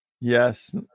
yes